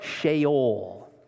Sheol